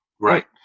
Right